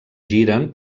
giren